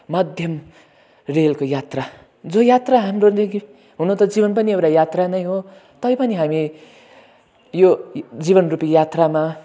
माध्यम रेलको यात्रा जो यात्रा हाम्रोदेखि हुन त जिवन पनि एउटा यात्रा नै हो तैपनि हामी यो जिवनरूपी यात्रामा